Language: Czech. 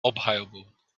obhajobu